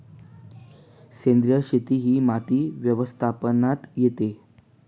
सेंद्रिय शेती ही माती व्यवस्थापनात येते